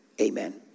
amen